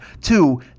Two